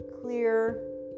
clear